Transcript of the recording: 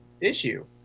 issue